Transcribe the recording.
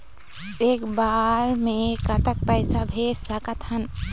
एक बार मे कतक पैसा भेज सकत हन?